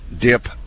dip